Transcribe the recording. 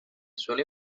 suelo